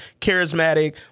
charismatic